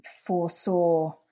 foresaw